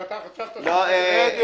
ואתה חשבת שהוא --- לא.